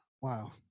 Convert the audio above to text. wow